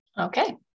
Okay